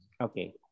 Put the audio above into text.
Okay